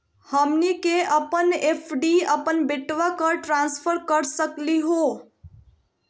हमनी के अपन एफ.डी अपन बेटवा क ट्रांसफर कर सकली हो?